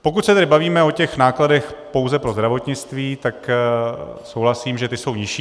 Pokud se teď bavíme o těch nákladech pouze pro zdravotnictví, tak souhlasím, ty jsou nižší.